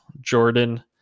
Jordan